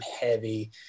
heavy